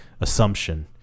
assumption